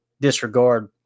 disregard